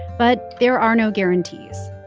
but there are no guarantees.